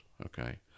okay